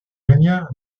régna